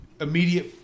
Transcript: immediate